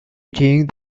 eating